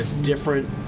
different